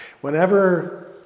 Whenever